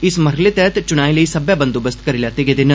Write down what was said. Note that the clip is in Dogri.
इस मरहले तैहत चुनाएं लेई सब्बै बंदोवस्त करी लैते गेदे न